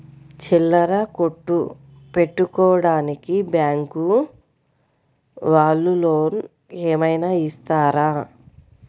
చిల్లర కొట్టు పెట్టుకోడానికి బ్యాంకు వాళ్ళు లోన్ ఏమైనా ఇస్తారా?